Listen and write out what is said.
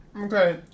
Okay